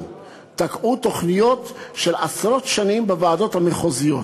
תקעו תוכניות עשרות שנים בוועדות המחוזיות.